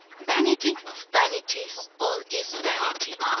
vanity of vanities, all is vanity!